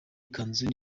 ikanzu